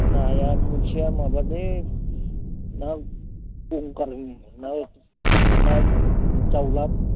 नाया मोनसेया माबालै ना ना जावलाब